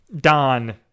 Don